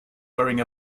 wearing